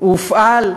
הוא הופעל.